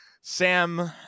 Sam